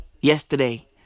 Yesterday